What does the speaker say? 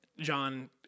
John